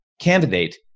candidate